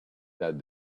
that